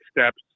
steps